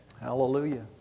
hallelujah